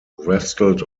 wrestled